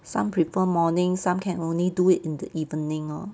some prefer morning some can only do it in the evening lor